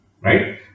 Right